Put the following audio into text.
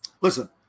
Listen